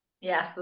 Yes